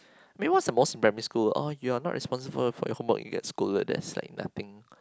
I mean what's the most in primary school oh you are not responsible for your homework you get scolded that's like nothing